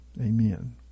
Amen